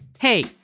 Hey